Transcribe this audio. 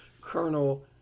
Colonel